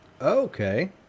Okay